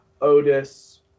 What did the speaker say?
Otis